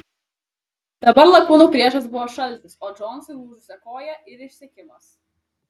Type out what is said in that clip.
dabar lakūnų priešas buvo šaltis o džonsui lūžusia koja ir išsekimas